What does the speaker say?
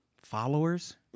followers